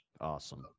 Awesome